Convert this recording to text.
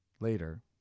later